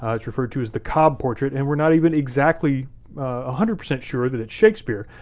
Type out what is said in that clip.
ah it's referred to as the cobbe portrait and we're not even exactly ah hundred percent sure that it's shakespeare,